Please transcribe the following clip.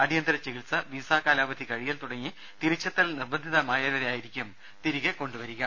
അടിയന്തര ചികിത്സ വിസാ കാലാവധി കഴിയൽ തുടങ്ങി തിരിച്ചെത്തൽ നിർബന്ധിതരായവരെയായിരിക്കും തിരികെ കൊണ്ടു വരിക